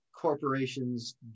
corporations